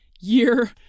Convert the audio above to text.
year